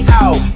out